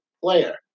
player